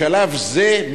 בשלב זה,